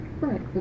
Right